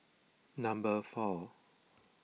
number four